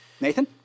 Nathan